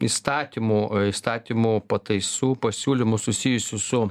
įstatymų įstatymų pataisų pasiūlymų susijusių su